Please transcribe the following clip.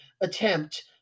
attempt